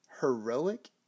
heroic